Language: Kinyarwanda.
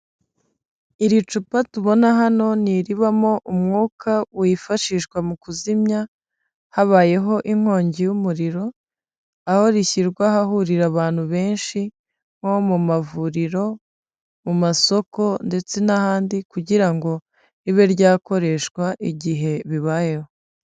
Iri cupa tubona hano ni iribamo umwuka wifashishwa mu kuzimya habayeho inkongi y'umuriro aho rishyirwa ahahurira abantu benshi nko mu mavuriro, mu masoko ndetse n'ahandi kugira ngo ribe ryakoreshwa igihe bibayeho.